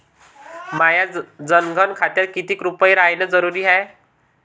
माह्या जनधन खात्यात कितीक रूपे रायने जरुरी हाय?